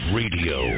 radio